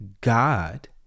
God